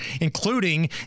including